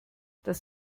das